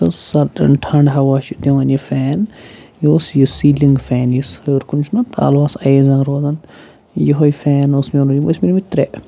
سُہ ٲسۍ ٹھَنٛڈٕ ہوا چھِ دِوان یہِ فین یہِ اوس یہِ سیٖلِنٛگ فین یُس ہیوٚر کُن چھُنہ تالوَس اَویزان روزان یِہوٚے فین اوس مےٚ اوٚنمُت یِم ٲسۍ مے أنۍمٕتۍ ترٛےٚ